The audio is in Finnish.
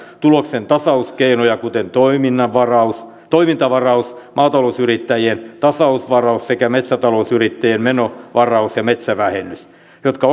tuloksentasauskeinoja kuten toimintavaraus toimintavaraus maatalousyrittäjien tasausvaraus sekä metsätalousyrittäjien menovaraus ja metsävähennys jotka